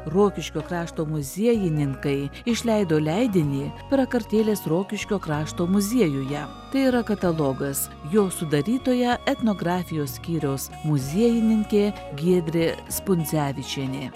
rokiškio krašto muziejininkai išleido leidinį prakartėlės rokiškio krašto muziejuje tai yra katalogas jo sudarytoja etnografijos skyriaus muziejininkė giedrė spundzevičienė